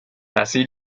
así